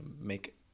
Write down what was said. make